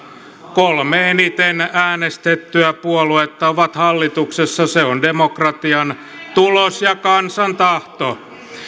kolme eniten äänestettyä puoluetta ovat hallituksessa se on demokratian tulos ja kansan tahto